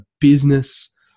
business